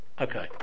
Okay